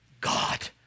God